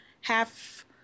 half